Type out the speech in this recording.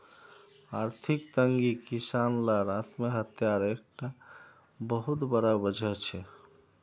आर्थिक तंगी किसान लार आत्म्हात्यार एक टा बहुत बड़ा वजह छे